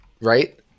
Right